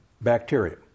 bacteria